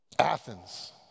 Athens